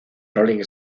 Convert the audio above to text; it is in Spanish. rolling